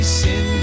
sin